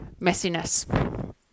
messiness